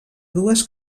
dues